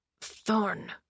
Thorn